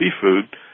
seafood